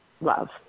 love